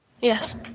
Yes